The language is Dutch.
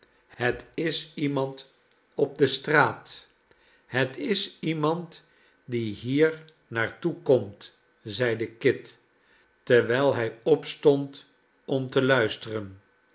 het is iemand op de straat het is iemand die hier naar toe komt zeide kit terwijl hij opstond om te luisteren